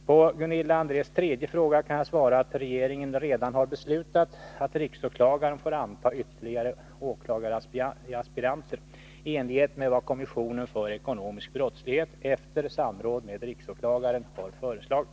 På Gunilla Andrés tredje fråga kan jag svara att regeringen redan har beslutat att riksåklagaren får anta ytterligare åklagaraspiranter, i enlighet med vad kommissionen för ekonomisk brottslighet, efter samråd med riksåklagaren, har föreslagit.